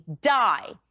die